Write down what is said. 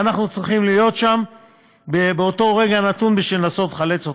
ואנחנו צריכים להיות שם באותו רגע נתון בשביל לנסות לחלץ אותם.